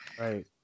Right